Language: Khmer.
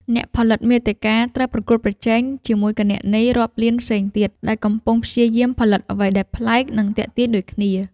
អ្នកផលិតមាតិកាត្រូវប្រកួតប្រជែងជាមួយគណនីរាប់លានផ្សេងទៀត ដែលកំពុងព្យាយាមផលិតអ្វីដែលប្លែក និងទាក់ទាញដូចគ្នា។